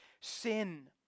sin